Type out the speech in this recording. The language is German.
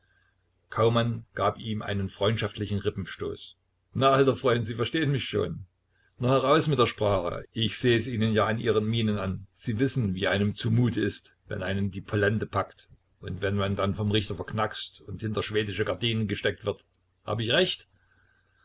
kaumann gab ihm einen freundschaftlichen rippenstoß na alter freund sie verstehen mich schon nur heraus mit der sprache ich seh's ihnen ja an ihren mienen an sie wissen wie einem zu mute ist wenn einen die polente packt und wenn man dann vom richter verknaxt und hinter schwedische gardinen gesteckt wird habe ich recht